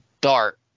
dart